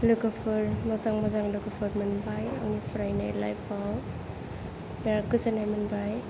लोगोफोर मोजां मोजां लोगोफोर मोनबाय आंनि फरायनाय लाइफ आव बिराद गोजोननाय मोनबाय